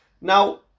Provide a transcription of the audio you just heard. Now